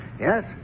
Yes